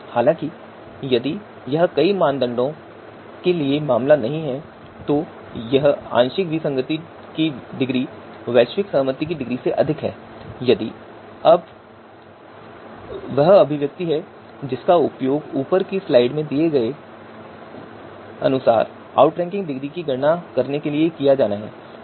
हालाँकि यदि यह कई मानदंडों के लिए मामला नहीं है तो यह आंशिक विसंगति की डिग्री वैश्विक सहमति की डिग्री से अधिक है अब यह वह अभिव्यक्ति है जिसका उपयोग ऊपर की स्लाइड में दिए गए अनुसार आउटरैंकिंग डिग्री की गणना करने के लिए किया जाना है